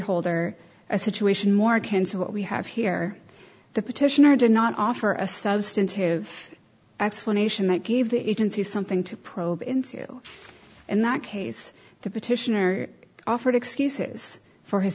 holder a situation more akin to what we have here the petitioner did not offer a substantive explanation that gave the agency something to probe into in that case the petitioner offered excuses for his